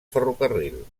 ferrocarril